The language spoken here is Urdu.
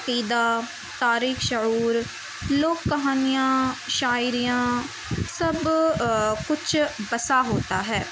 عقیدہ تارخ شعور لوک کہانیاں شاعریاں سب کچھ بسا ہوتا ہے